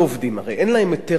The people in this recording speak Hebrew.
הרי אין להם היתר עבודה,